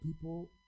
people